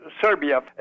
Serbia